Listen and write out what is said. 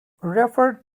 referred